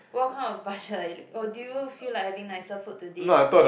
what kind of budget are you or do you feel like having nicer food to this